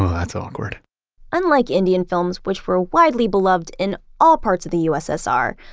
um that's awkward unlike indian films, which were widely beloved in all parts of the ussr,